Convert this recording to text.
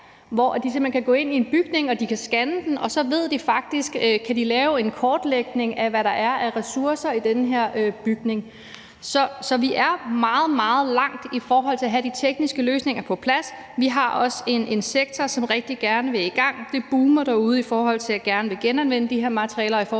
hen kan gå ind en bygning og scanne den, og så ved de faktisk, om de kan lave en kortlægning af, hvad der er af ressourcer i den bygning. Så vi er meget, meget langt i forhold til at have de tekniske løsninger på plads. Vi har også en sektor, som rigtig gerne vil i gang. Det boomer derude i forhold til gerne at ville genanvende de her materialer og i forhold til